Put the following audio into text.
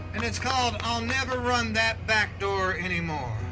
and it's called i'll never run that back door anymore.